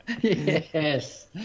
yes